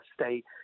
state